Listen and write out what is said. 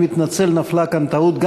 אני מתנצל, נפלה כאן טעות.